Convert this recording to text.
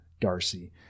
darcy